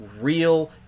real